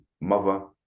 mother